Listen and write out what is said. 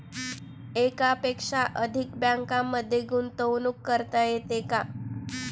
एकापेक्षा अधिक बँकांमध्ये गुंतवणूक करता येते का?